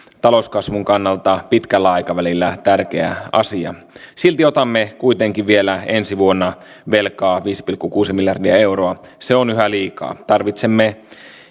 talouskasvun kannalta pitkällä aikavälillä tärkeä asia silti otamme kuitenkin vielä ensi vuonna velkaa viisi pilkku kuusi miljardia euroa se on yhä liikaa tarvitsemme